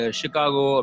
Chicago